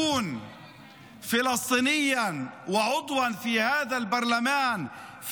להיות פלסטיני וחבר בפרלמנט הזה,